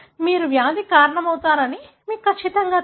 మీరు వ్యాధికి కారణమవుతారని మీకు ఖచ్చితంగా తెలుసు